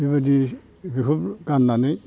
बेबायदि बेफोरखौ गाननानै